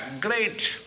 great